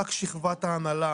רק שכבת ההנהלה